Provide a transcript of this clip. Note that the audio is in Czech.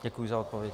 Děkuji za odpověď.